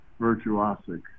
virtuosic